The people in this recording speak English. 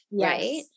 Right